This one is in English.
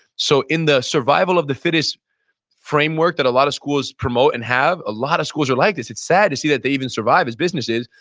so in the survival of the fittest framework that a lot of schools promote and have, a lot of schools are like this. it's sad to see that they even survive as businesses,